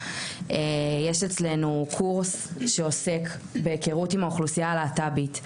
יש אצלנו קורס שעוסק בהיכרות עם האוכלוסיה הלהט"בית.